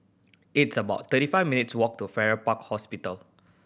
it's about thirty five minutes' walk to Farrer Park Hospital